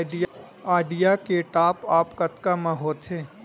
Idea के top आप कतका म होथे?